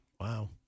Wow